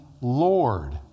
Lord